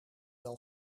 wel